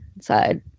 side